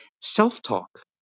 Self-talk